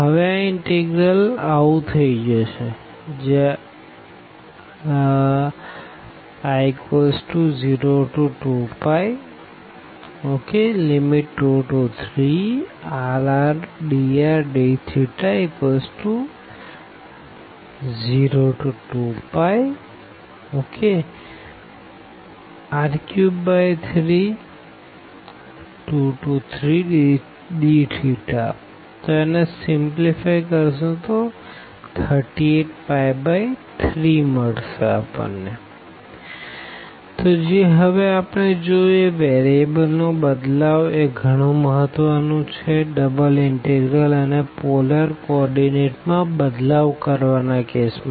હવે આ ઇનટેગરલ આવું થશે I02π23rrdrdθ02πr3323dθ 27 832π383 તો જે હવે આપણે જોયું એ વેરીએબલ નો બદલાવ એ ગણું મહત્વ નું છે ડબલ ઇનટેગરલ અને પોલર કો ઓર્ડીનેટ માં બદલાવ કરવાના કેસ મા